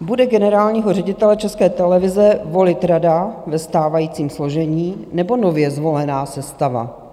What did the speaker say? Bude generálního ředitele České televize volit rada ve stávajícím složení, nebo nově zvolená sestava?